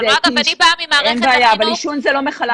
אין בעיה, אבל עישון הוא לא מחלה מדבקת.